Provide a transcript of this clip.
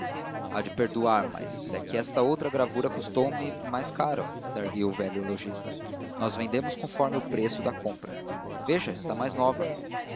há de perdoar mas é que esta outra gravura custou-me mais caro redarguiu o velho lojista nós vendemos conforme o preço da compra veja está mais nova